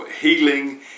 healing